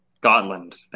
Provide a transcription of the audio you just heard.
Gotland